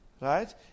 Right